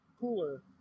cooler